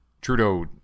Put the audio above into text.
Trudeau